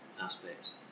aspects